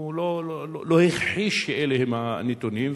הוא לא הכחיש שאלה הם הנתונים,